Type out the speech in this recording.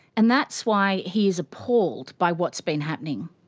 and that's why he's appalled by what's been happening.